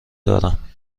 دارم